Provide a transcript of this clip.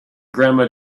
grandma